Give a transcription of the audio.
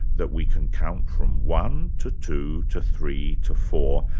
that we can count from one, to two, to three, to four,